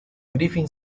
griffin